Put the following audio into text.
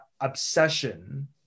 obsession